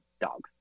dogs